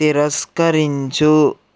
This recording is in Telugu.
తిరస్కరించు